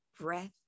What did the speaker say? Breath